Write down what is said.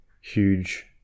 huge